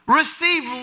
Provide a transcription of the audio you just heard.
receive